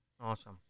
Awesome